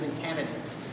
candidates